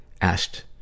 asked